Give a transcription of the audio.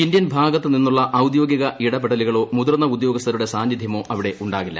Indian ഭാഗത്തു നിന്നുള്ള ഔദ്യോഗിക ഇടപെടലുകളോ മുതിർന്ന ഉദ്യാഗസ്ഥരുടെ സാന്നിദ്ധ്യമോ അവിടെ ഉണ്ടാകില്ല